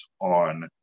on